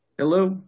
Hello